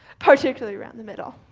particularly around the middle.